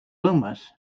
loomis